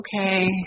Okay